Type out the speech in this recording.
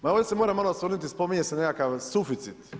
Ma ovdje se moram malo osvrnuti, spominje se nekakav suficit.